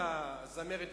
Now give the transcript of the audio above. את הזמרת ההיא,